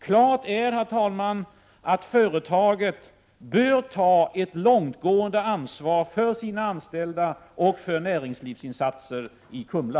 Klart är, herr talman, att företaget bör ta ett långtgående ansvar för sina anställda och för näringslivsinsatser i Kumla.